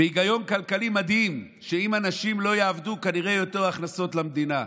בהיגיון כלכלי מדהים: אם אנשים לא יעבדו כנראה יהיו יותר הכנסות למדינה,